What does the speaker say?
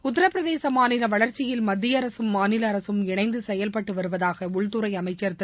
உத்தரப்பிரதே மாநில வளர்ச்சியில் மத்திய அரசும் மாநில அரசும் இணைந்து செயல்பட்டு வருவதாக உள்துறை அமைச்சா் திரு